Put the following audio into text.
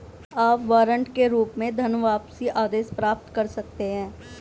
आप वारंट के रूप में धनवापसी आदेश प्राप्त कर सकते हैं